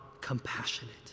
compassionate